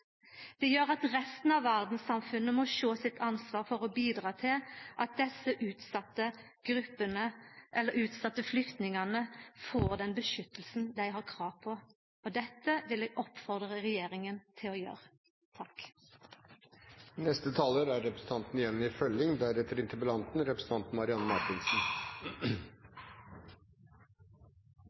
Det gjer at resten av verdssamfunnet må ta sitt ansvar for å bidra til at desse utsette flyktningane får den beskyttelsen dei har krav på. Dette vil eg oppfordra regjeringa til å gjera. Takk til representanten Marthinsen, som tek opp eit veldig viktig tema. Hendingane som representanten